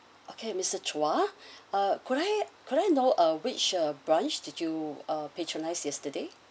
okay mister chua ah could I could I know uh which uh branch did you uh patronize yesterday